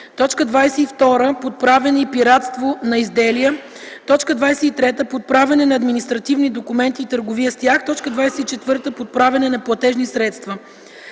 22. подправяне и пиратство на изделия; 23. подправяне на административни документи и търговия с тях; 24. подправяне на платежни средства;